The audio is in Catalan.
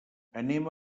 anem